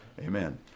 Amen